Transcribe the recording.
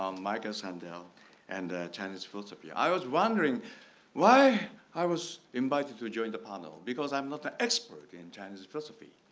um michael sandel and chinese philosophy. i was wondering why i was invited to join the panel because i'm not an expert in chinese philosophy.